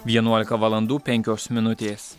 vienuolika valandų penkios minutės